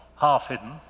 half-hidden